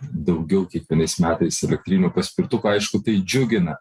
daugiau kiekvienais metais elektrinių paspirtukų aišku tai džiugina